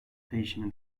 değişimin